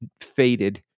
faded